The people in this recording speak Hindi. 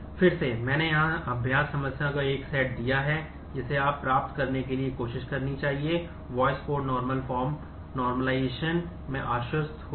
फिर से मैंने यहां अभ्यास समस्याओं का एक सेट में आश्वस्त हो जाओ